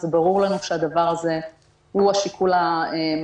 זה ברור לנו שזה השיקול המנחה,